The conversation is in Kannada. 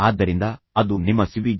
ಆದ್ದರಿಂದ ಅದು ನಿಮ್ಮ ಸಿವಿ C